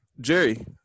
Jerry